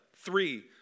Three